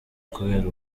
kubera